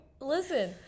listen